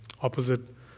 opposite